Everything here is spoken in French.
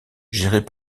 gérés